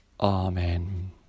Amen